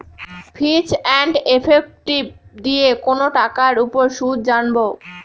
ফিচ and effective দিয়ে কোনো টাকার উপর সুদ জানবো